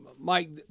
Mike